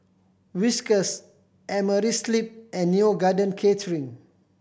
Whiskas Amerisleep and Neo Garden Catering